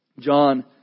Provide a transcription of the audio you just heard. John